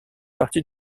partie